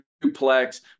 duplex